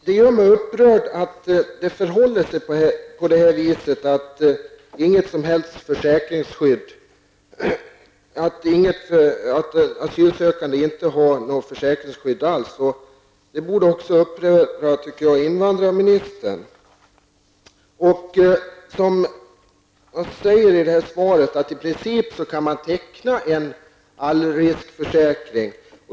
Det gör mig upprörd att de asylsökande inte har något som helst försäkringsskydd. Jag tycker att det också borde uppröra invandrarministern. Invandrarministern säger i svaret att man i princip kan teckna en allriskförsäkring.